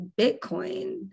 bitcoin